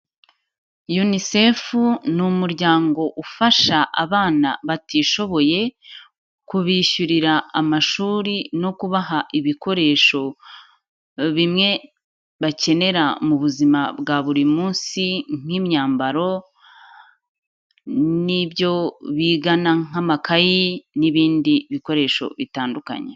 UNICEF ni umuryango ufasha abana batishoboye kubishyurira amashuri no kubaha ibikoresho bimwe bakenera mu buzima bwa buri munsi, nk'imyambaro n'byo bigana, nk'amakayi n'ibindi bikoresho bitandukanye.